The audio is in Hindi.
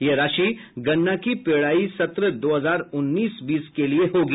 यह राशि गन्ना के पेराई सत्र दो हजार उन्नीस बीस के लिए होगी